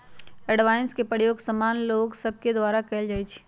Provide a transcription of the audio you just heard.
avoidance के प्रयोग सामान्य लोग सभके द्वारा कयल जाइ छइ